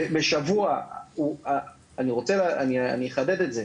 בשבוע, אני אחדד את זה.